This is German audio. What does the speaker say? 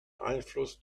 einfluss